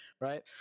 Right